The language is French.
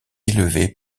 élevé